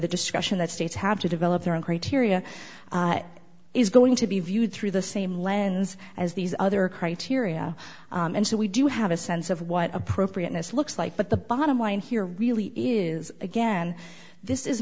the discussion that states have to develop their own criteria is going to be viewed through the same lens as these other criteria and so we do have a sense of what appropriateness looks like but the bottom line here really is again this is